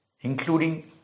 including